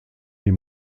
die